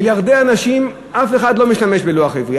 מיליארדי אנשים, אף אחד לא משתמש בלוח העברי.